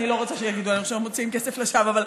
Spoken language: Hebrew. אני לא רוצה שיגידו עלינו שאנחנו מוציאים כסף לשווא.